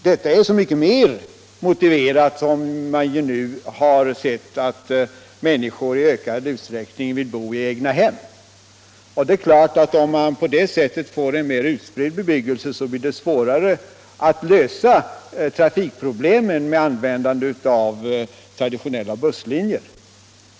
Detta är så mycket mer motiverat som människor i ökad utsträckning vill bo i egnahem. Om man får en mer utbredd bebyggelse blir det naturligtvis svårare att lösa trafikproblemen med användande av traditionella busslinjer.